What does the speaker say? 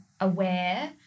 aware